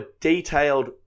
detailed